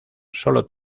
solo